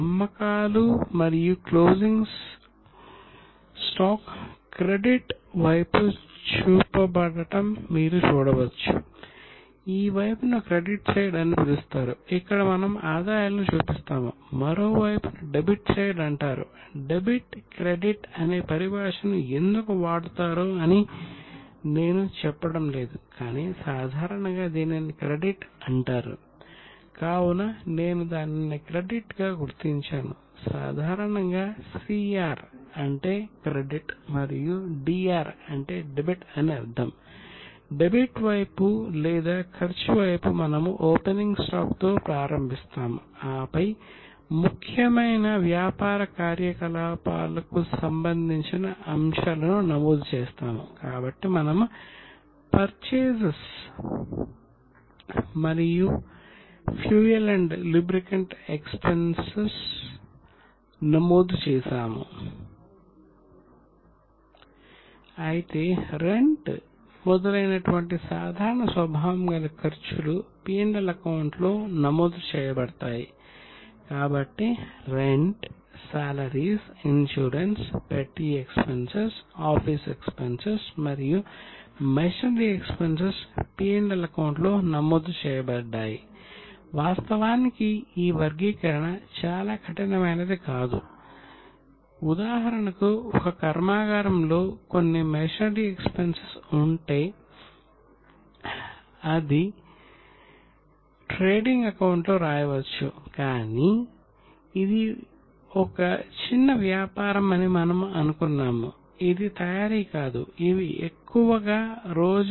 అమ్మకాలు మరియు closing stock credit నమోదు చేసాము